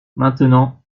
maintenant